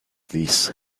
this